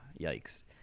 yikes